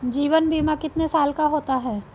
जीवन बीमा कितने साल का होता है?